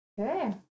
Okay